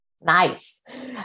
Nice